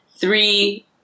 three